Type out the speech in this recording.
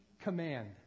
command